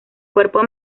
cuerpo